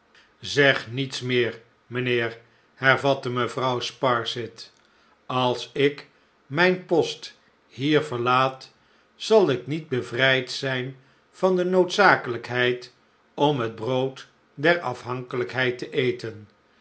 zeg niets meer mijnheer hervatte mevrouw sparsit als ik mijn post hier verlaat zal ik niet bevrijd zijn van de noodzakelijkheid om het brood der afhankelijkheid te eten